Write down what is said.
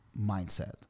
mindset